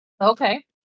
Okay